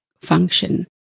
function